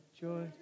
joy